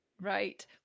right